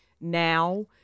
now